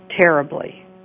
terribly